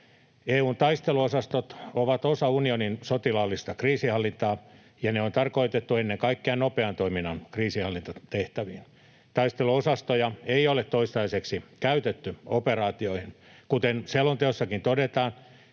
EU:n taisteluosastot ovat osa unionin sotilaallista kriisinhallintaa, ja ne on tarkoitettu ennen kaikkea nopean toiminnan kriisinhallintatehtäviin. Taisteluosastoja ei ole toistaiseksi käytetty operaatioihin. Kuten selonteossakin todetaan,